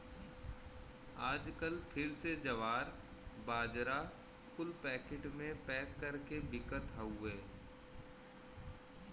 आजकल फिर से जवार, बाजरा कुल पैकिट मे पैक कर के बिकत हउए